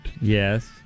Yes